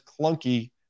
clunky